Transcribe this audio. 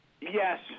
Yes